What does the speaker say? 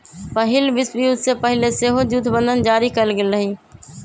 पहिल विश्वयुद्ध से पहिले सेहो जुद्ध बंधन जारी कयल गेल हइ